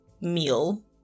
meal